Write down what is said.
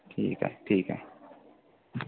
ठीकय ठीकय